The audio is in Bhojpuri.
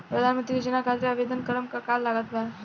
प्रधानमंत्री योजना खातिर आवेदन करम का का लागत बा?